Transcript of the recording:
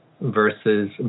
versus